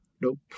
Nope